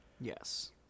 yes